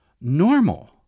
normal